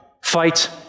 fight